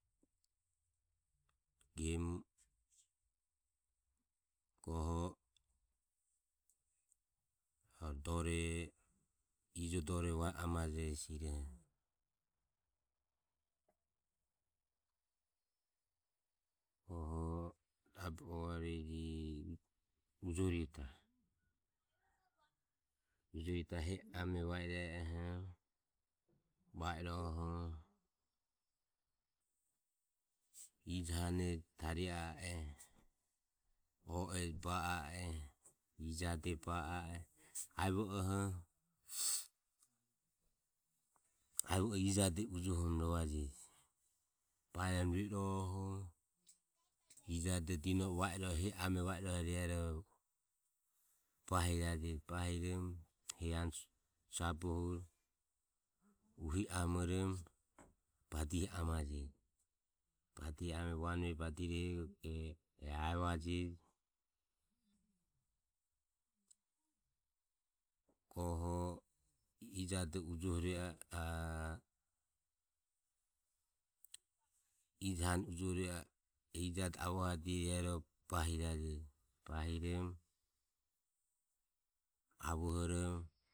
Goho Arue ijo dore ame vae amauroho rabe ua e jo ujoritae, ujorita hehi ame vae i e e oho va irohoho ijo hane tario a e o e ba a e ijo hane ba a e, aevo ioho. aevo ioho ijo ade ujohoromo rovojeji. baeromo rue irohoho ijo ade dino e aevo irohire ame vae iroho e bahijajeji. bahiromo hehi ano sabohuro uhi amoromo badihi amajej. Badihi amoromo ae e van vae badirohego ok e naevajeje. Goho rue a ijo hane ujoho rue a e avohadire e ro bahi jaje. Bahiromo avohoromo